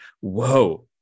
whoa